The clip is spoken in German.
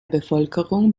bevölkerung